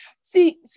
see